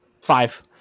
Five